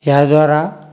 ଯାହାଦ୍ୱାରା